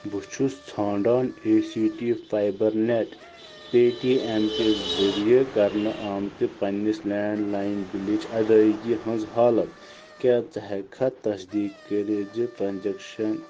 بہٕ چھُس ژھانٛڈان A C T fibernet Paytm کہِ ذریعہِ کرنہٕ آمِتۍ پننِس لینٛڈ لاین بلٕچ ادٲیگی ہنٛز حالت کیٛاہ ژٕ ہیٚکہِ کھا تصدیٖق کٔرتھ ز ٹرٛانزیٚکشن